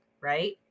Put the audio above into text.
Right